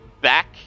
back